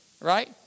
right